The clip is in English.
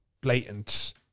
blatant